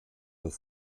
das